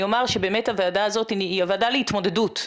אומר שבאמת הוועדה הזאת היא הוועדה להתמודדות.